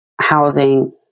housing